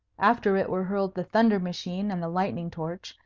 after it were hurled the thunder machine and the lightning torch,